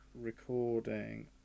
recording